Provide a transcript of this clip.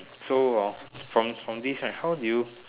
so hor from from this right how do you